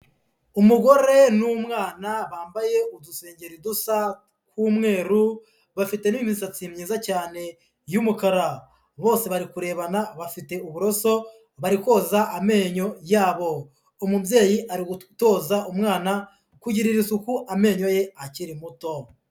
Umugore n'umwana bambaye udusengeri dusa tw'umweru, bafite n'imisatsi myiza cyane y'umukara bose bari kurebana bafite uburoso bari koza amenyo yabo, umubyeyi ari gutoza umwana kugirira isuku amenyo ye akiri muto.